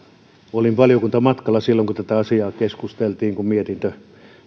olin valiokuntamatkalla silloin kun tätä asiaa keskusteltiin kun mietintö